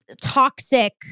toxic